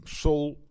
soul